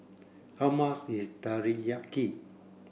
how much is Teriyaki